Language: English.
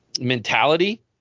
mentality